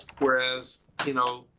whereas you know,